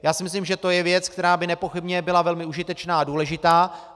Já si myslím, že to je věc, která by nepochybně byla velmi užitečná a důležitá.